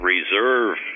Reserve